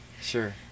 Sure